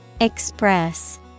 Express